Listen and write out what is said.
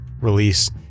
release